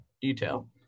detail